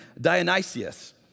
Dionysius